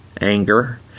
anger